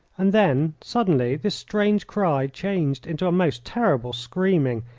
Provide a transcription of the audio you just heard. and then suddenly this strange cry changed into a most terrible screaming,